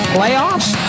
Playoffs